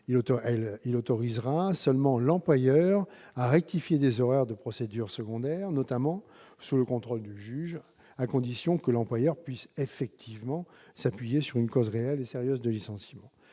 Elle autorisera seulement l'employeur à rectifier des erreurs de procédure secondaires, notamment sous le contrôle du juge, à condition que l'employeur puisse effectivement s'appuyer sur une cause réelle et sérieuse de licenciement.